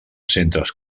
centres